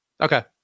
Okay